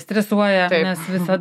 stresuoja nes visa